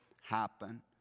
happen